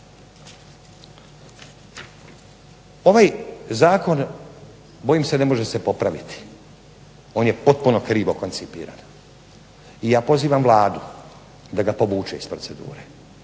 Ovaj zakon bojim se ne može se popraviti, on je potpuno krivo koncipiran i ja pozivam Vladu da ga povuče iz procedure,